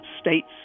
states